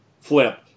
flip